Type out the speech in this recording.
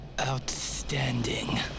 outstanding